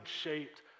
shaped